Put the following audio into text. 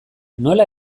nola